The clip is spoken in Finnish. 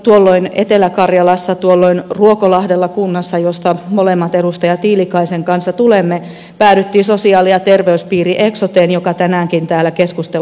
tuolloin etelä karjalassa ruokolahdella kunnassa josta molemmat edustaja tiilikaisen kanssa tulemme päädyttiin sosiaali ja terveyspiiri eksoteen joka tänäänkin täällä keskustelussa on mainittu